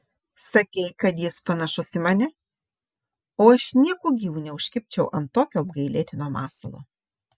sakei kad jis panašus į mane o aš nieku gyvu neužkibčiau ant tokio apgailėtino masalo